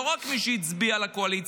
לא רק של מי שהצביע לקואליציה,